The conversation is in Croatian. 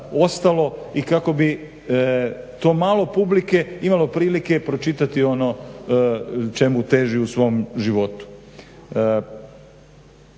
i kako bi to malo publike imalo prilike pročitati ono čemu teži u svom životu.